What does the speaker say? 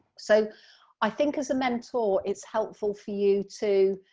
so i think as a mentor it's helpful for you too,